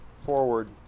forward